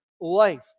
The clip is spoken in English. life